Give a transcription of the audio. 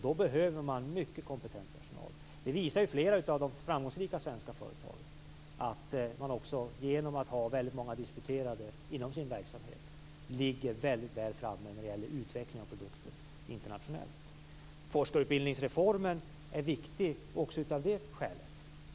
Då behöver man mycket kompetent personal. Det visar flera av de framgångsrika svenska företagen. Genom att ha väldigt många disputerade inom sin verksamhet ligger de mycket väl framme internationellt när det gäller utveckling av produkter. Forskarutbildningsreformen är viktig också av det skälet.